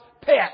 pet